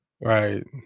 Right